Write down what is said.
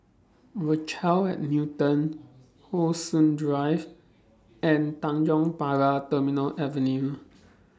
Rochelle At Newton How Sun Drive and Tanjong Pagar Terminal Avenue